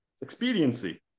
expediency